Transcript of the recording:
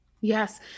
Yes